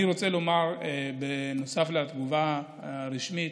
אני רוצה לומר, בנוסף לתגובה הרשמית,